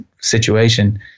situation